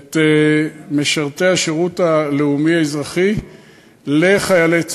משרתי השירות הלאומי האזרחי לחיילי צה"ל,